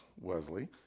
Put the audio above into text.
Wesley